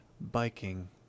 Biking